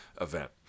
event